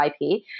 IP